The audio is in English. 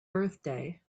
birthday